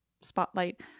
spotlight